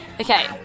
Okay